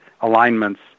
alignments